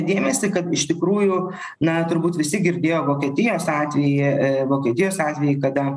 dėmesį kad iš tikrųjų na turbūt visi girdėjo vokietijos atvejį vokietijos atvejį kada